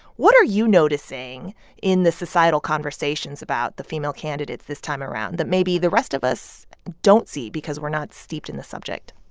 what are you noticing in the societal conversations about the female candidates this time around that maybe the rest of us don't see because we're not steeped in the subject?